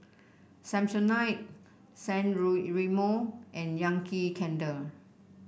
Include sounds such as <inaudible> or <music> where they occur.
Samsonite San <unintelligible> Remo and Yankee Candle